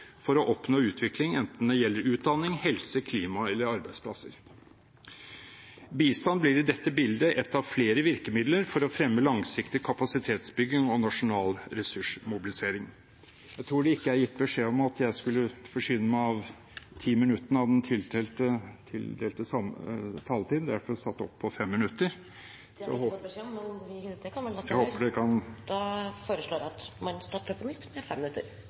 for å oppnå utvikling, enten det gjelder utdanning, helse, klima eller arbeidsplasser. Bistand blir i dette bildet ett av flere virkemidler for å fremme langsiktig kapasitetsbygging og nasjonal ressursmobilisering. Jeg tror ikke det er gitt beskjed om at jeg skulle forsyne meg med 10 minutter av den tildelte taletiden. Jeg er derfor satt opp med bare 5 minutter. Det har vi ikke fått beskjed om, men det kan vel la seg gjøre. Jeg foreslår at representanten fortsetter med nye 5 minutter.